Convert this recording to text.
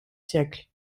siècles